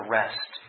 rest